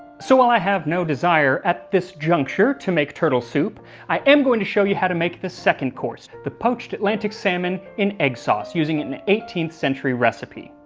so while i have no desire at this juncture to make turtle soup i am going to show you how to make the second course, the poached atlantic salmon in egg sauce using an eighteenth century recipe.